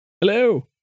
Hello